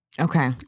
Okay